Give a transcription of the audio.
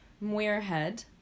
Muirhead